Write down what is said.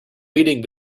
meeting